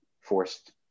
forced